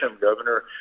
governor